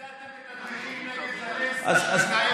בשביל זה אתם מתדרכים נגד זלנסקי שהוא התאהב בפוזיציה.